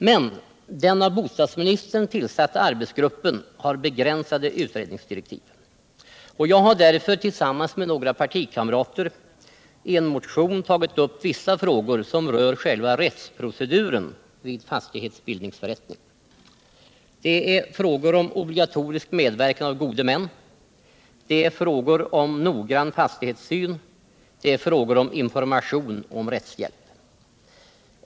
Men den av bostadsministern tillsatta arbetsgruppen har begränsade utredningsdirektiv. Jag har därför tillsammans med några partikamrater j en motion tagit upp vissa frågor som rör själva rättsproceduren vid fastighetsbildningsförrättning. Det är frågor om obligatorisk medverkan av godemän. Det är frågor om noggrann fastighetstillsyn. Det är frågor om information beträffande rättshjälp.